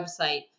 website